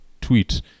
tweet